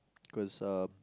cause um